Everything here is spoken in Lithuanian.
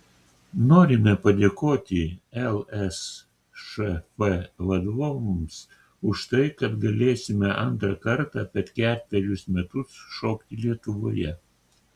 norime padėkoti lsšf vadovams už tai kad galėsime antrą kartą per ketverius metus šokti lietuvoje